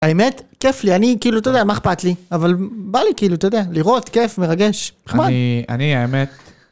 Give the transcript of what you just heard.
האמת? כיף לי. אני כאילו, אתה יודע, מה אכפת לי? אבל בא לי כאילו, אתה יודע, לראות, כיף, מרגש. אני אני האמת